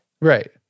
Right